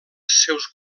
seus